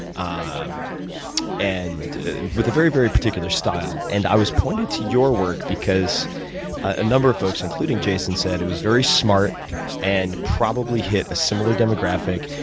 um and with a very particular style. and i was pointed to your work because a number of folks including jason said it was very smart and probably hit a similar demographic.